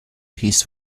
his